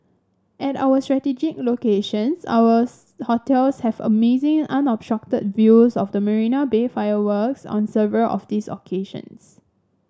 at our strategic locations ours hotels have amazing unobstructed views of the Marina Bay fireworks on several of these occasions